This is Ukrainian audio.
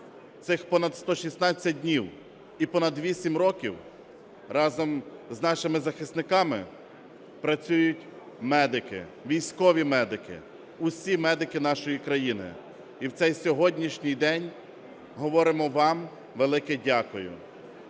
Цих понад 116 днів і понад 8 років разом з нашими захисниками працюють медики, військові медики – усі медики нашої країни. І в цей сьогоднішній день говоримо вам велике дякуємо.